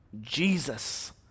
Jesus